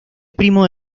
primo